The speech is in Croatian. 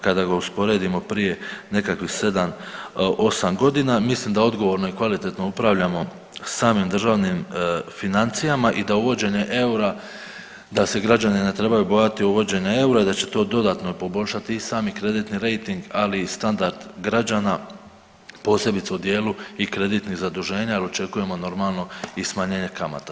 Kada ga usporedimo prije nekakvih 7-8 godina mislim da odgovorno i kvalitetno upravljamo samim državnim financijama i da uvođenje eura, da se građani ne trebaju bojati uvođenja eura i da će to dodatno poboljšati i sami kreditni rejting ali i standard građana posebice u dijelu i kreditnih zaduženja jer očekujemo normalno i smanjenje kamata.